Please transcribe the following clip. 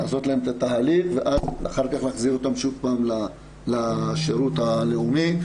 לעשות להם את התהליך ואז אחר כך להחזיר אותם לשירות הלאומי.